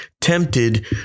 tempted